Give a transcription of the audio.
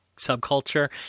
Subculture